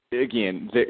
again